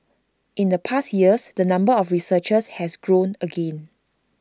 in the past years the number of researchers has grown again